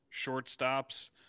shortstops